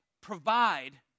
provide